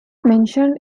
mentioned